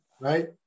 Right